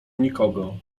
nikogo